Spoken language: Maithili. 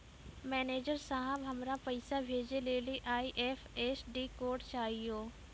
मैनेजर साहब, हमरा पैसा भेजै लेली आई.एफ.एस.सी कोड चाहियो